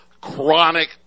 chronic